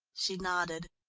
she nodded.